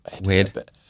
Weird